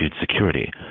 security